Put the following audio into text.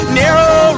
narrow